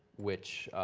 which